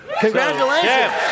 Congratulations